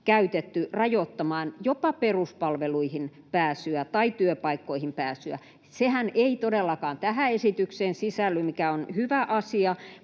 käytetty rajoittamaan jopa peruspalveluihin pääsyä tai työpaikkoihin pääsyä. Sehän ei todellakaan tähän esitykseen sisälly, mikä on hyvä asia,